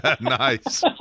Nice